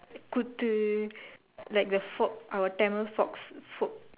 kuthu like the folk our Tamil forks folk